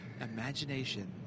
Imagination